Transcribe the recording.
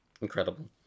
Incredible